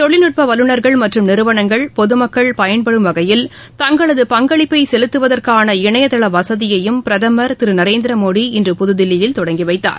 தொழில்நுட்பவல்லூநர்கள் மற்றும் நிறுவனங்கள் பொதுமக்கள் பயன்பெறும் வகையில் தங்களது பங்களிப்பைசெலுத்துவதற்கான இணையதளவசதியையும் பிரதமர் திருநரேந்திரமோடி இன்று புதுதில்லியில் தொடங்கிவைத்தார்